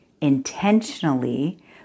intentionally